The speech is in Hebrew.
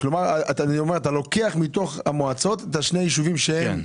כלומר אתה לוקח מתוך המועצות את שני הישובים שהם של